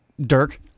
Dirk